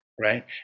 right